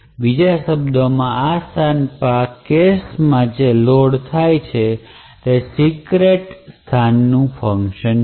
બીજા શબ્દોમાં આ સ્થાન પર કેશમાં જે લોડ થયેલ છે તે સીક્રેટ સ્થાન નું ફંકશન છે